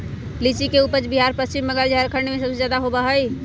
लीची के उपज बिहार पश्चिम बंगाल झारखंड में सबसे ज्यादा होबा हई